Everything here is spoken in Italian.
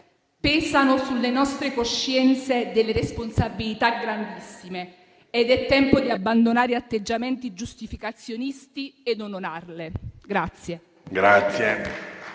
Pesano sulle nostre coscienze delle responsabilità grandissime ed è tempo di abbandonare atteggiamenti giustificazionisti ed onorarle.